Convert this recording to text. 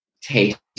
taste